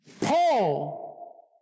Paul